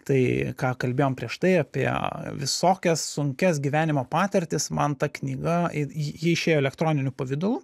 tai ką kalbėjom prieš tai apie visokias sunkias gyvenimo patirtis man ta knyga ji ji išėjo elektroniniu pavidalu